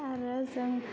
आरो जों